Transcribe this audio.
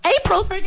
April